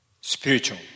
spiritual